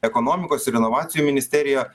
ekonomikos ir inovacijų ministerija